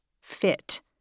fit